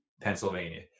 Pennsylvania